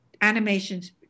animations